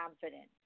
confident